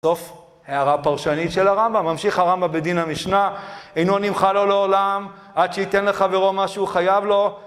סוף הערה פרשנית של הרמב״ם. ממשיך הרמב״ם בדין המשנה, אינו נמחל לו לעולם, עד שייתן לחברו מה שהוא חייב לו.